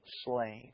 slave